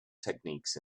techniques